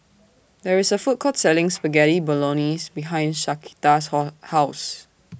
There IS A Food Court Selling Spaghetti Bolognese behind Shaquita's How House